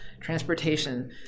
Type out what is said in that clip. transportation